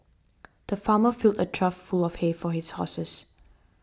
the farmer filled a trough full of hay for his horses